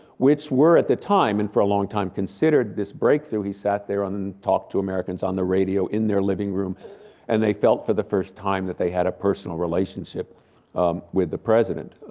which were at the time and for a long time considered this breakthrough, he sat there and talked to americans on the radio in their living room and they felt for the first time that they had a personal relationship with the president.